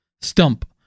stump